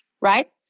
right